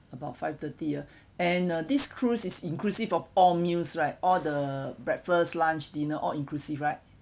about five-thirty (ya) and this cruise is inclusive of all meals right all the breakfast lunch dinner all inclusive right